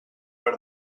per